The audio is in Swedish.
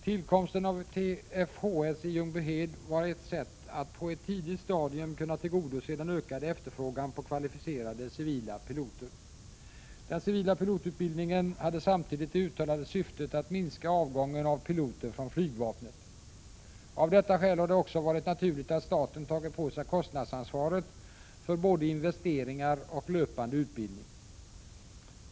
Tillkomsten av TFHS i Ljungbyhed var ett sätt att på ett tidigt stadium kunna tillgodose den ökade efterfrågan på kvalificerade civila piloter. Den civila pilotutbildningen hade samtidigt det uttalade syftet att minska avgången av piloter från flygvapnet. Av detta skäl har det också varit naturligt att staten tagit på sig kostnadsansvaret för både investeringar och löpande utbildning.